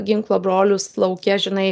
ginklo brolius lauke žinai